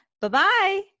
Bye-bye